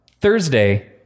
thursday